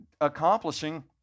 accomplishing